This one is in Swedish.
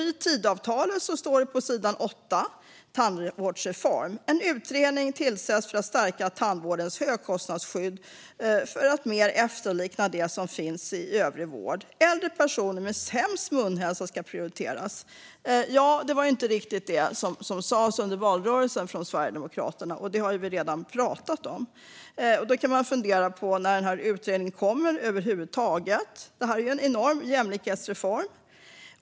I Tidöavtalet står på sidan 8: Tandvårdsreform. En utredning tillsätts för att stärka tandvårdens högkostnadsskydd för att mer efterlikna det som finns i övrig vård. Äldre personer med sämst munhälsa ska prioriteras. Det var inte riktigt det som sades under valrörelsen från Sverigedemokraterna. Det har vi redan talat om. Man kan fundera på när utredningen kommer och om den kommer över huvud taget. Det är en enorm jämlikhetsreform.